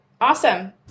awesome